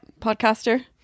Podcaster